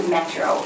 Metro